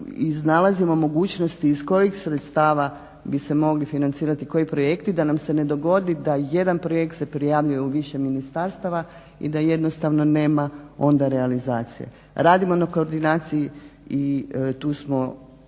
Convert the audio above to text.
i nalazim mogućnosti iz kojih sredstava bi se mogli financirati koji projekti, da nam se ne dogodi da jedan projekt se prijavljuje u više ministarstva i da jednostavno nema onda realizacije. Radimo na koordinaciji i tu smo